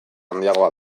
handiagoa